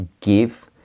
give